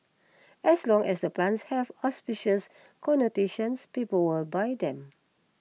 as long as the plants have auspicious connotations people will buy them